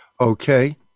okay